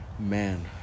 Man